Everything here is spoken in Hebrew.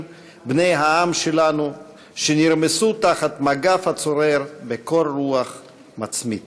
בני העם שלנו שנרמסו תחת מגף הצורר בקור רוח מצמית.